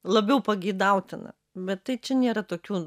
labiau pageidautina bet tai čia nėra tokių